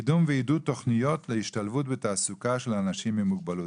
קידום ועידוד תכניות להשתלבות בתעסוקה של אנשים עם מוגבלות.